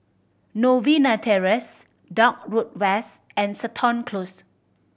Novena Terrace Dock Road West and Seton Close